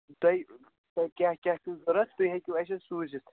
تۄہہِ تۄہہِ کیٛاہ کیٛاہ چھُو ضوٚرتھ تُہۍ ہیٚکِو اسہِ سوٗزِتھ